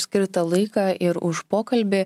skirtą laiką ir už pokalbį